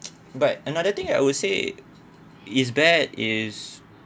but another thing I would say is bad is